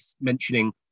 mentioning